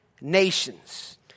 nations